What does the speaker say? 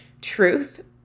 truth